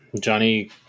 Johnny